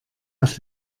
auf